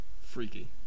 freaky